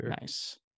Nice